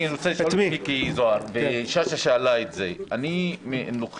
אני רוצה לשאול שאלה את מיקי זוהר,